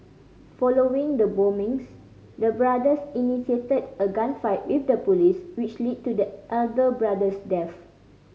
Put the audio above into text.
following the bombings the brothers initiated a gunfight with the police which led to the elder brother's death